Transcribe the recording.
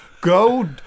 Go